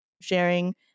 sharing